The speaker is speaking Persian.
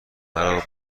مرا